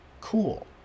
cool